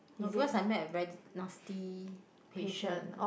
no because I met a naughty patient